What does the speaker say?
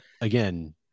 again